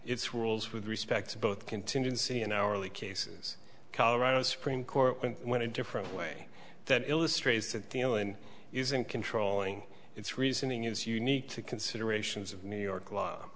its rules with respect to both contingency in hourly cases colorado supreme court when a different way that illustrates that the island isn't controlling its reasoning is unique to considerations of new york law